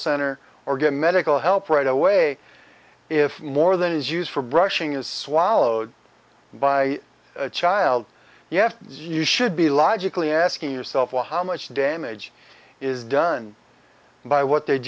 center or get medical help right away if more than is used for brushing is swallowed by a child yet you should be logically asking yourself well how much damage is done by what they